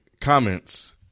comments